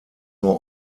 nur